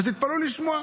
אז תתפלאו לשמוע,